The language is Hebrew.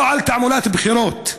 או על תעמולת בחירות.